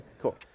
cool